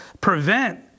prevent